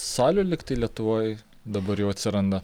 salių lyg tai lietuvoj dabar jau atsiranda